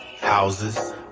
houses